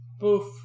Poof